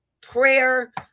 prayer